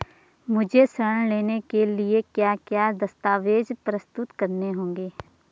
मुझे ऋण लेने के लिए क्या क्या दस्तावेज़ प्रस्तुत करने होंगे?